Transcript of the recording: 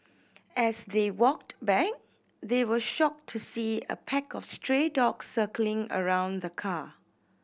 as they walked back they were shocked to see a pack of stray dogs circling around the car